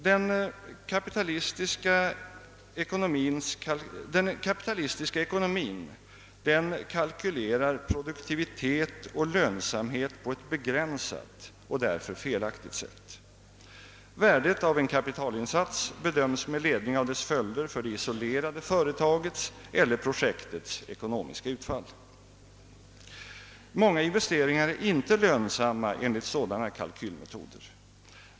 Den kapitalistiska ekonomin kalkylerar med produktivitet och lönsamhet på ett begränsat och därför felaktigt sätt. Värdet av en kapitalinsats bedöms med ledning av dess följder för det isolerade företagets eller projektets ekonomiska utfall. Många investeringar är inte lönsamma enligt sådana kalkylmetoder.